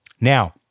Now